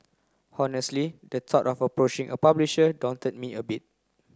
honestly the thought of approaching a publisher daunted me a bit